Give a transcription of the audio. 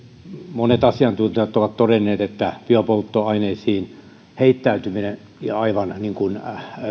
monet asiantuntijat ovat todenneet että biopolttoaineisiin heittäytyminen aivan niin kuin